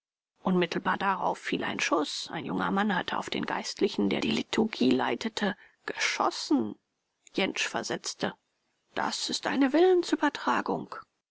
unmittelbar darauf fiel ein schuß ein junger mann hatte auf den geistlichen der die liturgie leitete geschossen jentsch versetzte das ist eine